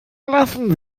lassen